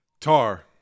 Tar